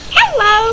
Hello